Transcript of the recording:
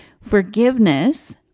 forgiveness